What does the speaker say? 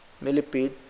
millipede